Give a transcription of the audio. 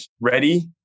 ready